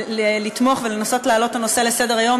לתמוך ולנסות להעלות את הנושא על סדר-היום,